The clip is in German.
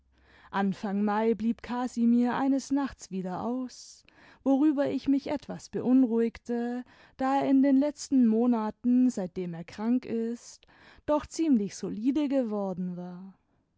anfang mai blieb casimir eines nachts wieder aus worüber ich mich etwas beunruhigte da er in den letzten monaten seitdem er krank ist doch ziemlich solide geworden war